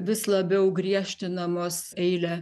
vis labiau griežtinamos eilę